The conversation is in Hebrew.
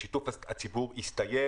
שיתוף הציבור הסתיים,